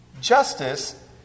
justice